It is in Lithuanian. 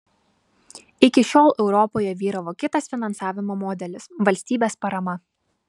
iki šiol europoje vyravo kitas finansavimo modelis valstybės parama